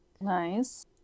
nice